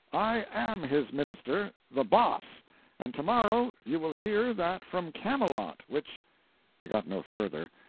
i am his minister, the boss and to-morrow you will hear that from camelot which i got no further.